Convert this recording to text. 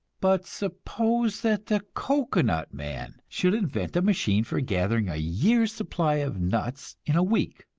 but suppose that the cocoanut man should invent a machine for gathering a year's supply of nuts in a week